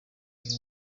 bimwe